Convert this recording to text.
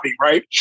Right